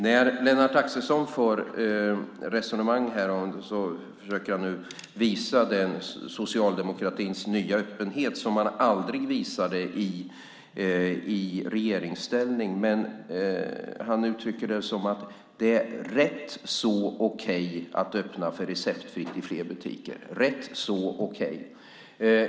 När Lennart Axelsson för resonemang här försöker han nu visa socialdemokratins nya öppenhet som man aldrig visade i regeringsställning. Men han uttrycker det som att det är rätt så okej att öppna för receptfritt i fler butiker - rätt så okej.